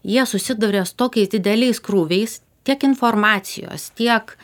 jie susiduria su tokiais dideliais krūviais tiek informacijos tiek